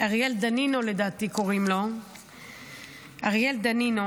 לדעתי קוראים לו אריאל דנינו.